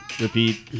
repeat